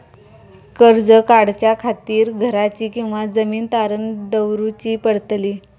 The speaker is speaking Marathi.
कर्ज काढच्या खातीर घराची किंवा जमीन तारण दवरूची पडतली?